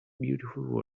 beautiful